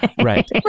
right